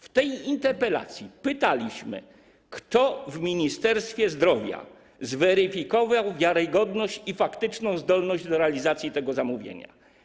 W tej interpelacji pytaliśmy, kto w Ministerstwie Zdrowia zweryfikował wiarygodność i faktyczną zdolność do realizacji tego zamówienia?